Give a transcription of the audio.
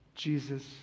Jesus